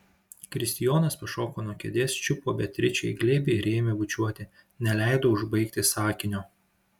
kristijonas pašoko nuo kėdės čiupo beatričę į glėbį ir ėmė bučiuoti neleido užbaigti sakinio